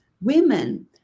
Women